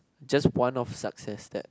just one of success that